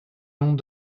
long